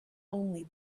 only